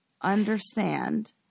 understand